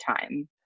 time